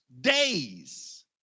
days